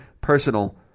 personal